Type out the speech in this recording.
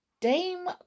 Dame